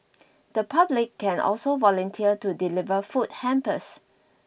the public can also volunteer to deliver food hampers